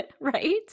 right